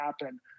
happen